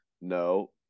no